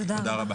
תודה רבה.